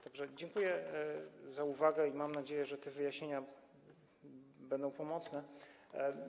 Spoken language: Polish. Tak że dziękuję za uwagę i mam nadzieję, że te wyjaśnienia będą pomocne.